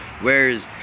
Whereas